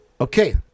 Okay